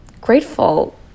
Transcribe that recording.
grateful